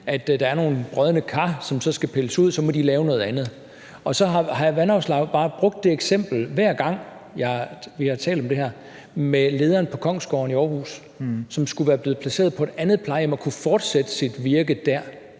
i. Der er nogle brodne kar, som så skal pilles ud, og så må de lave noget andet. Hr. Vanopslagh har bare, hver gang vi har talt om det her, brugt det eksempel med lederen på Kongsgården i Aarhus, som skulle være blevet placeret på et andet plejehjem og har kunnet fortsætte sit virke der.